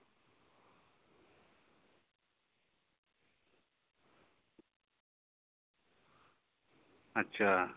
ᱟᱪᱪᱷᱟ